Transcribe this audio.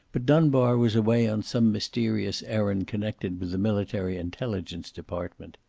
but dunbar was away on some mysterious errand connected with the military intelligence department.